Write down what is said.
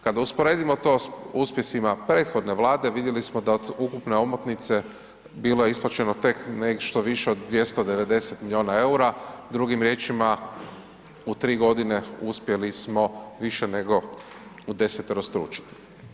Kada usporedimo to s uspjesima prethodne vlade, vidjeli smo da od ukupne omotnice bilo je isplaćeno tek nešto više od 290 milijuna eura, drugim riječima u tri godine uspjeli smo više nego udeseterostručiti.